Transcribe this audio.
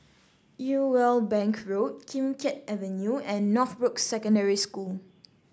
Irwell Bank Road Kim Keat Avenue and Northbrooks Secondary School